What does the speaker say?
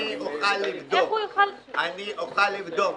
אני אוכל לבדוק,